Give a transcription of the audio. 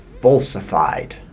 falsified